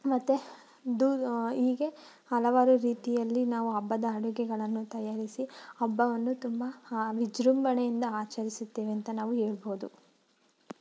ಮತ್ತು ದೂದ್ ಹೀಗೆ ಹಲವಾರು ರೀತಿಯಲ್ಲಿ ನಾವು ಹಬ್ಬದ ಅಡುಗೆಗಳನ್ನು ತಯಾರಿಸಿ ಹಬ್ಬವನ್ನು ತುಂಬ ವಿಜೃಂಭಣೆಯಿಂದ ಆಚರಿಸುತ್ತೇವೆ ಅಂತ ನಾವು ಹೇಳ್ಬೋದು